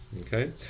Okay